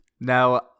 Now